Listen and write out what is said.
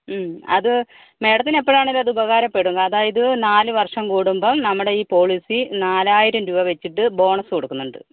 അത് മാഡത്തിന് എപ്പളായാലും അത് ഉപകാരപ്പെടും അതായത് നാല് വർഷം കൂടുമ്പം നമ്മുടെ ഈ പോളിസി നാലായിരം രൂപ വെച്ചിട്ട് ബോണസ് കൊടുക്കുന്നുണ്ട്